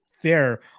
fair